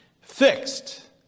Fixed